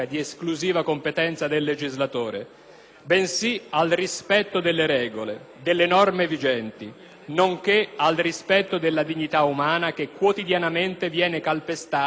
bensì al rispetto delle regole, delle norme vigenti, nonché al rispetto della dignità umana che quotidianamente viene calpestata e umiliata".